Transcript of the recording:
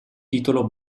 titolo